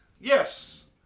Yes